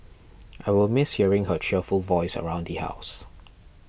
I will miss hearing her cheerful voice around the house